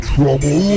Trouble